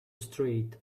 straight